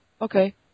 Okay